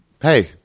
Hey